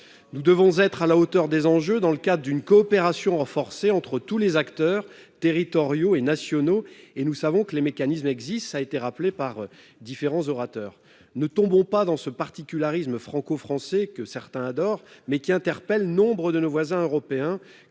nous devons être à la hauteur des enjeux dans le cadre d'une coopération renforcée entre tous les acteurs territoriaux et nationaux, et nous savons que les mécanismes existent, ça a été rappelé par différents orateurs ne tombons pas dans ce particularisme franco-français que certains adorent mais qui interpelle, nombre de nos voisins européens